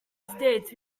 states